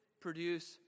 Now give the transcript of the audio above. produce